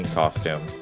costume